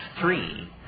three